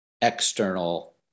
external